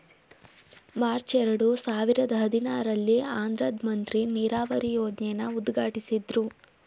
March ಎರಡು ಸಾವಿರದ ಹದಿನಾರಲ್ಲಿ ಆಂಧ್ರದ್ ಮಂತ್ರಿ ನೀರಾವರಿ ಯೋಜ್ನೆನ ಉದ್ಘಾಟ್ಟಿಸಿದ್ರು